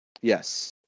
Yes